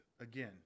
again